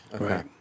Okay